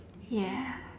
ya